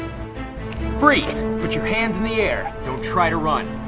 freeze! put your hands in the air! don't try to run.